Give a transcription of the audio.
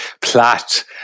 Platt